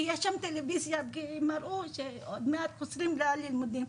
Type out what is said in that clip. כי יש שם טלוויזיה והראו שעוד מעט חוזרים ללימודים,